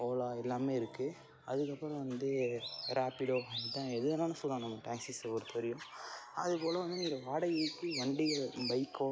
ஓலா எல்லாமே இருக்குது அதுக்கப்புறம் வந்து ராப்பிடோ அதுதான் எது வேணாலும் சொல்லலாம் நம்ம டேக்ஸிஸை பொறுத்த வரையும் அதுபோல வந்து வாடகைக்கு வண்டிகள் பைக்கோ